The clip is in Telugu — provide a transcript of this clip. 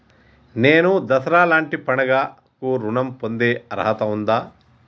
నేను దసరా లాంటి పండుగ కు ఋణం పొందే అర్హత ఉందా?